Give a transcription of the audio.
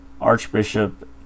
Archbishop